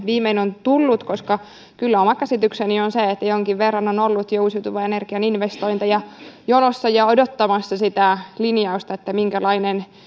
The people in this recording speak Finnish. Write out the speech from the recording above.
viimein on tullut koska kyllä oma käsitykseni on se että jonkin verran on ollut jo uusiutuvan energian investointeja jonossa ja odottamassa linjausta siitä minkälainen